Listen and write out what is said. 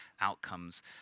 outcomes